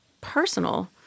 personal